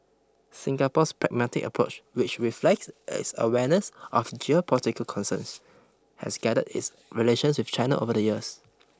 Singapore's pragmatic approach which reflects its awareness of geopolitical concerns has guided its relations with China over the years